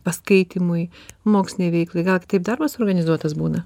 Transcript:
paskaitymui mokslinei veiklai gal kitaip darbas organizuotas būna